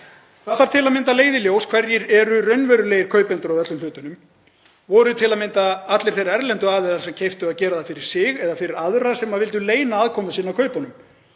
Það þarf til að mynda að leiða í ljós hverjir eru raunverulegir kaupendur á öllum hlutunum. Voru til að mynda allir þeir erlendu aðilar sem keyptu að gera það fyrir sig eða fyrir aðra sem vildu leyna aðkomu sinni að kaupunum?